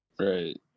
Right